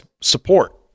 support